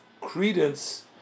credence